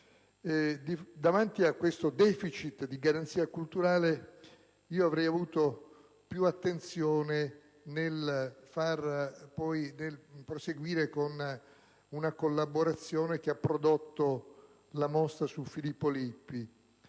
Davanti a questo *deficit* di garanzia culturale io avrei posto maggiore attenzione nel proseguire la collaborazione che ha prodotto la mostra su Filippo Lippi.